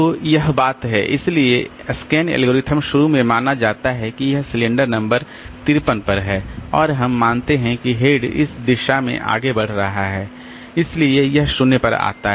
तो यह बात है इसलिए SCAN एल्गोरिथ्म शुरू में माना जाता है कि यह सिलेंडर नंबर 53 पर है और हम मानते हैं कि हेड इस दिशा में आगे बढ़ रहा है इसलिए यह 0 पर आता है